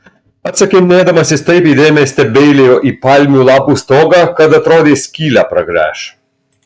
atsakinėdamas jis taip įdėmiai stebeilijo į palmių lapų stogą kad atrodė skylę pragręš